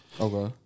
Okay